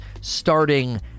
starting